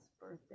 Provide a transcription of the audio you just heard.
birthday